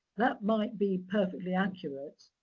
that might be perfectly accurate.